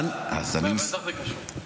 איך זה קשור?